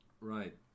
Right